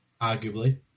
Arguably